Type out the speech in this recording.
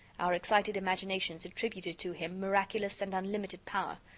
our excited imaginations attributed to him miraculous and unlimited power.